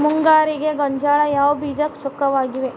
ಮುಂಗಾರಿಗೆ ಗೋಂಜಾಳ ಯಾವ ಬೇಜ ಚೊಕ್ಕವಾಗಿವೆ?